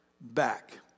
back